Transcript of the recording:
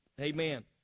Amen